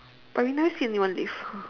but we never see anyone leave